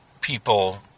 people